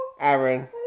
Aaron